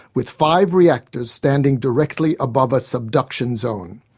with five reactors standing directly above a subduction zone.